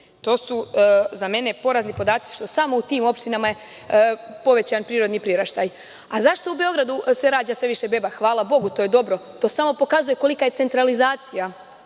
To su za mene porazni podaci, što je samo u tim opštinama povećan prirodni priraštaj.Zašto se u Beogradu rađa sve više beba? Hvala Bogu, to je dobro, to samo pokazuje kolika je centralizacija